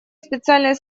специальной